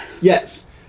Yes